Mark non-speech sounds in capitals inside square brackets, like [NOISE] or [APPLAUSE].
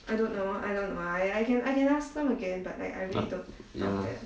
[NOISE] ya lah